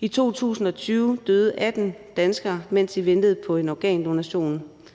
I 2020 døde 18 danskere, mens de ventede på en organdonation.